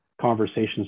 conversations